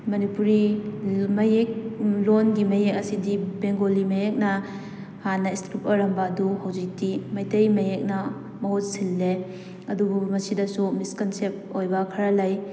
ꯃꯅꯤꯄꯨꯔꯤ ꯃꯌꯦꯛ ꯂꯣꯟꯒꯤ ꯃꯌꯦꯛ ꯑꯁꯤꯗꯤ ꯕꯦꯡꯒꯣꯂꯤ ꯃꯌꯦꯛꯅ ꯍꯥꯟꯅ ꯏꯁꯀ꯭ꯔꯤꯞ ꯑꯣꯏꯔꯝꯕ ꯑꯗꯨ ꯍꯧꯖꯤꯛꯇꯤ ꯃꯩꯇꯩ ꯃꯌꯦꯛꯅ ꯃꯍꯨꯠ ꯁꯤꯜꯂꯦ ꯑꯗꯨꯕꯨ ꯃꯁꯤꯗꯁꯨ ꯃꯤꯁꯀꯟꯁꯦꯞ ꯑꯣꯏꯕ ꯈꯔ ꯂꯩ